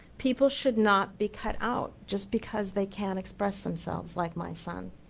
people should not be cut out just because they can't express themselves like my son.